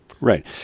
Right